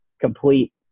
complete